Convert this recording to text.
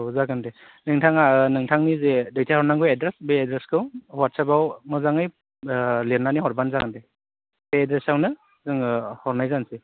औ जागोन दे नोंथाङा नोंथांनि जे दैथाइ हरनांगौ एद्रेस बे एद्रेसखौ हवादसाबाव मोजाङै लिरनानै हरबानो जागोन दे बे एद्रेसावनो जोङो हरनाय जानसै